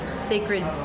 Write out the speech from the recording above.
sacred